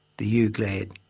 the ewe glared.